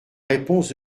réponse